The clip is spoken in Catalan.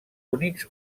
únics